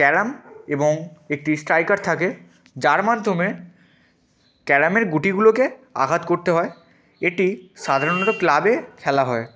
carrom এবং একটি striker থাকে যার মাধ্যমে ক্যারামের গুটিগুলোকে আঘাত করতে হয় এটি সাধারণত ক্লাবে খেলা হয়